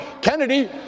Kennedy